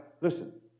listen